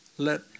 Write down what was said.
Let